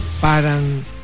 parang